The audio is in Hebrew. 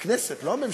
הכנסת, לא הממשלה.